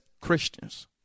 Christians